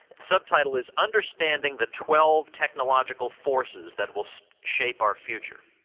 subtitle is understanding the twelve technological forces that will shape our future.